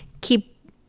keep